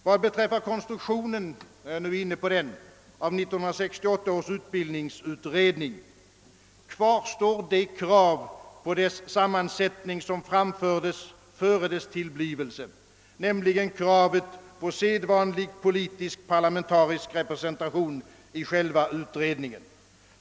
Vad beträffar konstruktionen av 1968 års utbildningsutredning kvarstår det krav på dess sammansättning som framfördes före dess tillblivelse, nämligen om sedvanlig politisk-parlamentarisk representation i själva utredningen.